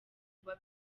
kuba